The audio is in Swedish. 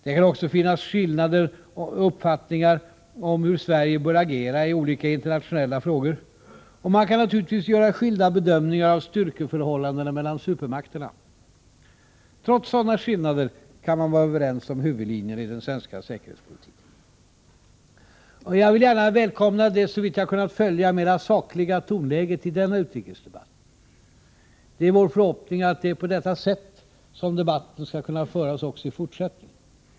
Det kan också finnas skilda uppfattningar om hur Sverige bör agera i olika internationella frågor, och man kan naturligtvis göra skilda bedömningar av styrkeförhållandena mellan supermakterna. Trots sådana skillnader kan man vara överens om huvudlinjerna i den svenska säkerhetspolitiken. Jag vill gärna välkomna det, såvitt jag kunnat uppfatta det, mer sakliga tonläget i denna utrikesdebatt. Det är vår förhoppning att det är på det sättet som debatten skall kunna föras också i fortsättningen.